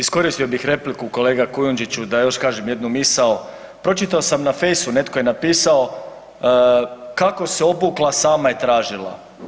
Iskoristio bih repliku kolega Kujundžiću da još kažem jednu misao, pročitati sam na Faceu netko je napisao, kako se obukla sama je tražila.